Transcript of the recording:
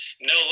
no